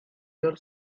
your